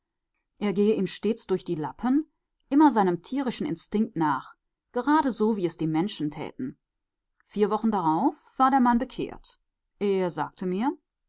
er gehe ihm stets durch die lappen immer seinem tierischen instinkt nach geradeso wie es die menschen täten vier wochen darauf war der mann bekehrt er sagte mir